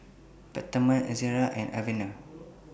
Peptamen Ezerra and Avene